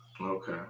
Okay